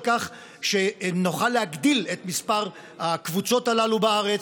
כך שנוכל להגדיל את מספר הקבוצות הללו בארץ,